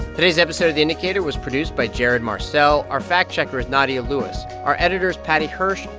today's episode of the indicator was produced by jared marcell. our fact-checker is nadia lewis. our editor is paddy hirsch.